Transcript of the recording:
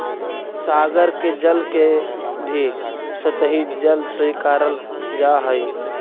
सागर के जल के भी सतही जल स्वीकारल जा हई